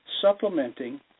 supplementing